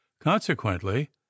Consequently